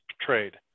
trade